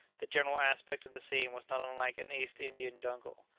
the general aspect of the scene was not unlike an east indian jungle.